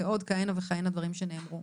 ועוד כהנה וכהנה דברים שנאמרו.